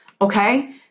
okay